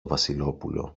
βασιλόπουλο